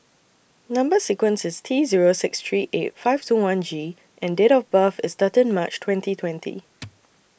Number sequence IS T Zero six three eight five two one G and Date of birth IS thirteen March twenty twenty